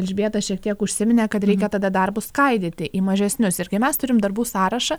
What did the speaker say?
elžbieta šiek tiek užsiminė kad reikia tada darbus skaidyti į mažesnius ir kai mes turim darbų sąrašą